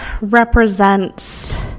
represents